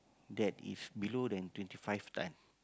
that is below than twenty five time